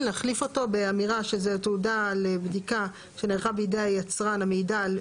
נחליף אותו באמירה שזו תעודה לבדיקה שנערכה בידי היצרן המעידה על